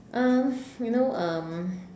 um you know um